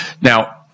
Now